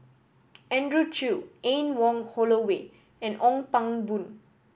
Andrew Chew Anne Wong Holloway and Ong Pang Boon